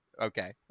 Okay